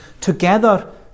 together